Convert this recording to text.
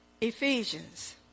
Ephesians